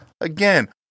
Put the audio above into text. Again